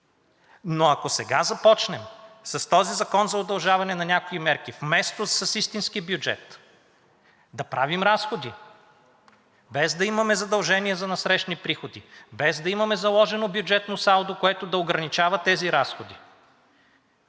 но ако сега започнем с този Закон за удължаване на някои мерки, вместо с истински бюджет, да правим разходи, без да имаме задължение за насрещни приходи, без да имаме заложено бюджетно салдо, което да ограничава тези разходи,